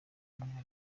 arebana